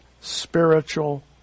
spiritual